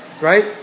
right